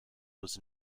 was